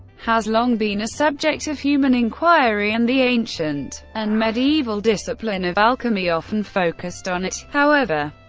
has long been a subject of human inquiry, and the ancient and medieval discipline of alchemy often focused on it however,